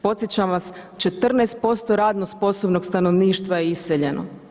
Podsjećam vas 14% radno sposobnog stanovništva je iseljeno.